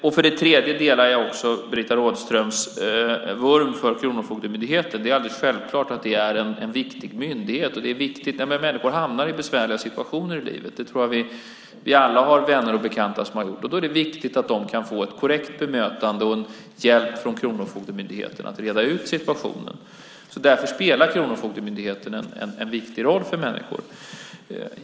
För det tredje delar jag också Britta Rådströms vurm för Kronofogdemyndigheten. Det är en mycket viktig myndighet. När människor hamnar i besvärliga situationer i livet, vilket jag tror att vi alla har vänner och bekanta som har gjort, är det viktigt att de kan få ett korrekt bemötande och hjälp från Kronofogdemyndigheten att reda ut situationen. Därför spelar Kronofogdemyndigheten en viktig roll för människor.